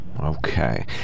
Okay